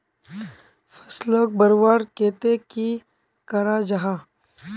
फसलोक बढ़वार केते की करा जाहा?